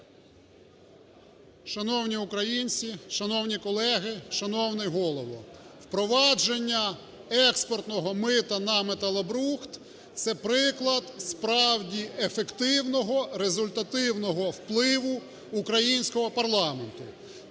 Шановні українці, шановні колеги, шановний Голово! Впровадження експортного мита на металобрухт – це приклад справді ефективного, результативного впливу українського парламенту.